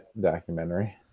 documentary